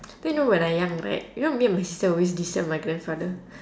then you know when I young right you know me and my sister always disturb my grandfather